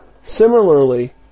Similarly